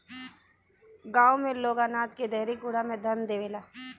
गांव में लोग अनाज के देहरी कुंडा में ध देवेला